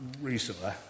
recently